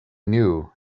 knew